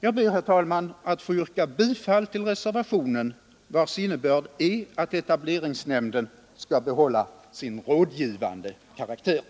Jag ber, herr talman, att få yrka bifall till reservationen, vars innebörd är att etableringsnämnden skall behålla sin rådgivande karaktär.